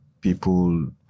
people